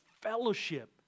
fellowship